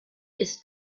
ist